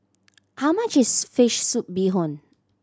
how much is fish soup bee hoon